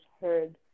heard